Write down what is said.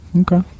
okay